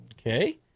Okay